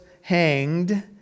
hanged